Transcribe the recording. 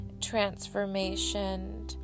transformation